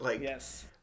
Yes